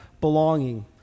Belonging